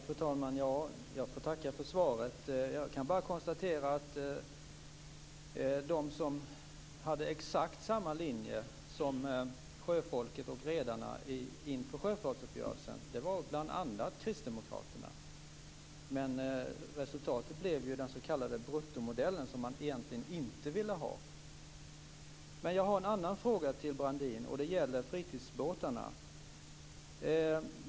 Fru talman! Jag får tacka för svaret. Jag kan bara konstatera att bl.a. kristdemokraterna hade exakt samma linje som sjöfolket och redarna inför sjöfartsuppgörelsen. Men resultatet blev ju den s.k. bruttomodellen, som man egentligen inte ville ha. Jag har en annan fråga till Claes-Göran Brandin. Den gäller fritidsbåtarna.